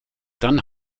dann